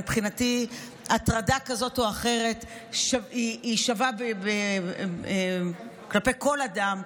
מבחינתי הטרדה כזאת או אחרת שווה כלפי כל אדם,